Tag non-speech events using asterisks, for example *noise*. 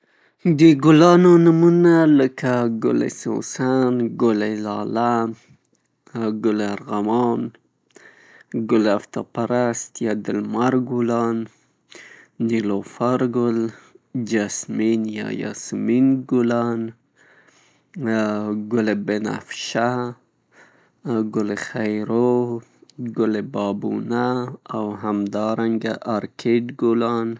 د ګلانو نومونه لکه ګل سوسن ، ګل لاله، ګل ارغوان، ګل افتاب پرست یا د لمر ګلان، نیلوفر ګل، جاسمین یا یاسمین ګلان، *hesitation* ګل بنفشه، ګل خیرو، ګل بابونه او همدارنګه ارکیډ ګلان.